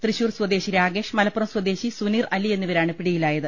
തൃശൂർ സ്വദേശി രാകേഷ് മലപ്പുറം സ്വദേശി സുനീർ അലി എന്നിവരാണ് പിടിയിലായത്